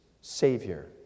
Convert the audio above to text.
Savior